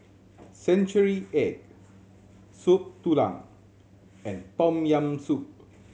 century egg Soup Tulang and Tom Yam Soup